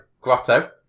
Grotto